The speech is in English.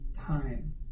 time